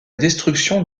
destruction